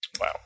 Wow